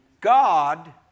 God